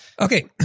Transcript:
Okay